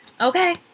Okay